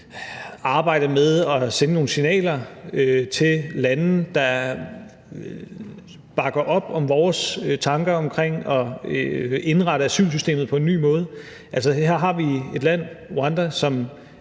arbejde med at sende nogle signaler til lande, der bakker op om vores tanker omkring at indrette asylsystemet på en ny måde. Altså, her har vi et land, Rwanda,